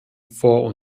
vor